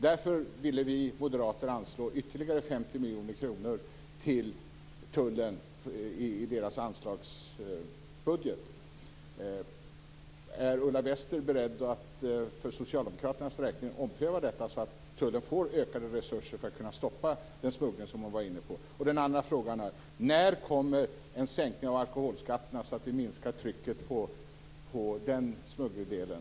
Därför ville vi moderater anslå ytterligare 50 miljoner kronor till tullen i budgeten. Är Ulla Wester att för socialdemokraternas räkning ompröva detta så att tullen får ökade resurser för att kunna stoppa den smuggling som hon var inne på? Den andra frågan är: När kommer en sänkning av alkoholskatterna så att vi minskar trycket på den smuggeldelen?